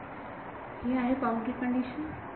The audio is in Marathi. विद्यार्थी ही आहे बाउंड्री कंडिशन